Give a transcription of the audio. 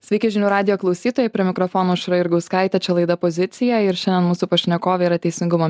sveiki žinių radijo klausytojai prie mikrofono aušra jurgauskaitė čia laida pozicija ir šiandien mūsų pašnekovė yra teisingumo